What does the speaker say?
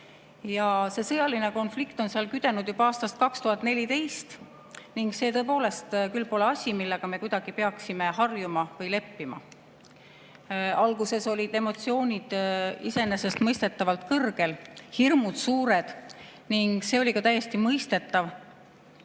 See sõjaline konflikt on küpsenud juba aastast 2014 ning see tõepoolest pole asi, millega me peaksime harjuma või leppima. Alguses olid emotsioonid iseenesestmõistetavalt kõrgel, hirmud suured, ning see oli ka täiesti mõistetav.